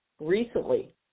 Recently